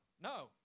no